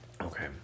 Okay